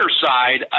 side